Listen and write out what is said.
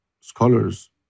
scholars